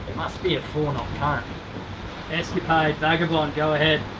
must be a four knot current escapade, vagabonde, go ahead.